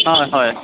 অঁ হয়